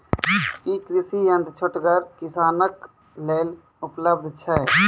ई कृषि यंत्र छोटगर किसानक लेल उपलव्ध छै?